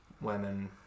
women